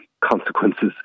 consequences